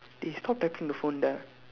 eh stop tapping the phone ah